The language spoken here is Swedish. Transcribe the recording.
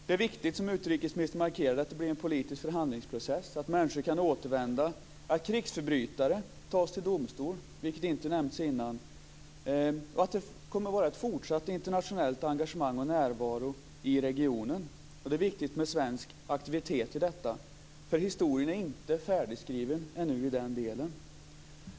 Det är viktigt, som utrikesministern markerade, att det blir en politisk förhandlingsprocess så att människor kan återvända, att krigsförbrytare tas till domstol, vilket inte nämndes innan, och att det kommer att vara ett fortsatt internationellt engagemang och en närvaro i regionen. Det är viktigt med svensk aktivitet i detta sammanhang, för historien är ännu inte färdigskriven i den delen.